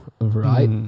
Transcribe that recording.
Right